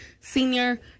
Senior